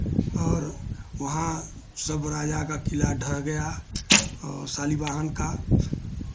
और वहाँ सब राजा का किला ढह गया और शालिवाहन का